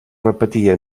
repetia